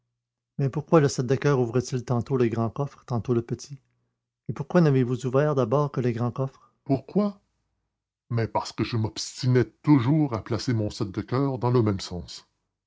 mais pourquoi le sept de coeur ouvre-t-il tantôt le grand coffre et tantôt le petit et pourquoi n'avez-vous ouvert d'abord que le grand coffre pourquoi mais parce que je m'obstinais toujours à placer mon sept de coeur dans le même sens